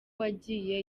wagiye